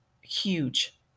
huge